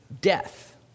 death